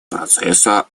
процесса